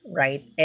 right